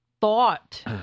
thought